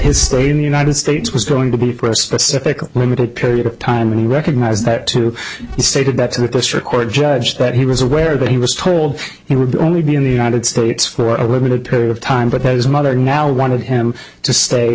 his stay in the united states was going to be first but difficult limited period of time and recognize that too he stated that with this record judge that he was aware that he was told he would only be in the united states for a limited period of time but that his mother now wanted him to stay